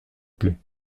plait